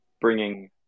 bringing